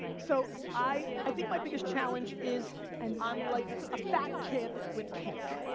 so i i think my biggest challenge is i'm like a fat kid with cake,